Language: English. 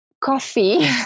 coffee